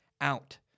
out